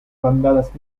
bandadas